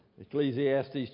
Ecclesiastes